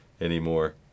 anymore